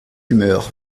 humeur